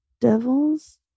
Devils